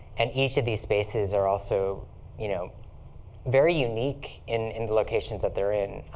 and each of these spaces are also you know very unique in the locations that they're in.